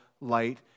light